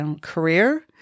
career